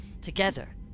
together